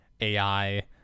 AI